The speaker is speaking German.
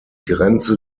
grenze